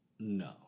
No